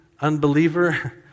unbeliever